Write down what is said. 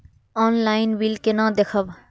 Online bill केना देखब?